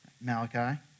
Malachi